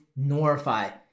Norify